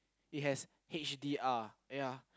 it has H_D_R ya